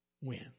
win